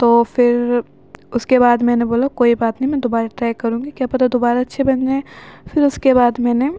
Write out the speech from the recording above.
تو پھر اس کے بعد میں نے بولا کوئی بات نہیں میں دوبارہ ٹرائی کروں گی کیا پتہ دوبارہ اچّّھے بن جائیں پھر اس کے بعد میں نے